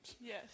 Yes